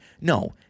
No